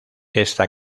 esta